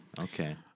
okay